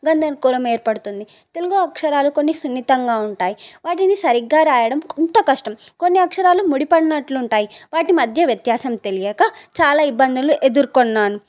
గంద్రగోళం ఏర్పడుతుంది తెలుగు అక్షరాలు కొన్ని సున్నితంగా ఉంటాయి వాటిని సరిగ్గా రాయడం కొంత కష్టం కొన్ని అక్షరాలు ముడిపడినట్లు ఉంటాయి వాటి మధ్య వ్యత్యాసం తెలియక చాలా ఇబ్బందులు ఎదుర్కొన్నాను